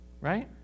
Right